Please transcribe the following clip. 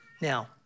Now